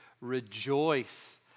rejoice